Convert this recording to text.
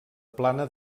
plana